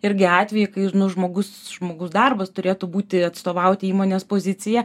irgi atvejį kai nu žmogus žmogaus darbas turėtų būti atstovauti įmonės poziciją